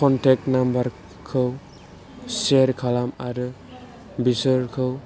contact number खौ share खालाम आरो बिसोरखौ